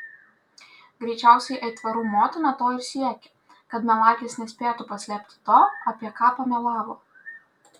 greičiausiai aitvarų motina to ir siekė kad melagis nespėtų paslėpti to apie ką pamelavo